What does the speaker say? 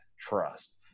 trust